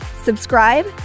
subscribe